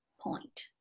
point